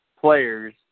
players